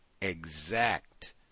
exact